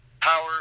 Power